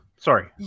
Sorry